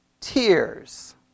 Tears